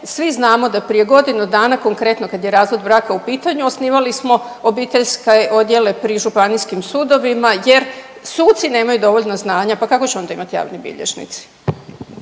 svi znamo da prije godinu dana, konkretno kad je razvod braka u pitanju, osnivali smo obiteljske odjele pri županijskim sudovima jer suci nemaju dovoljno znanja, pa kako će onda imat javni bilježnici?